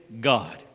God